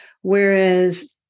whereas